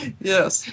Yes